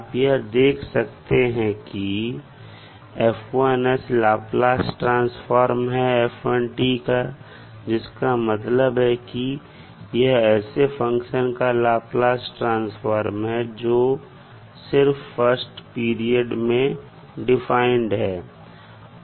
आप यह देख सकते हैं कि F1 लाप्लास ट्रांसफार्म है f1 का जिसका मतलब है कि यह ऐसे फंक्शन का लाप्लास ट्रांसफार्म है जो सिर्फ फर्स्ट पीरियड में डिफाइंड है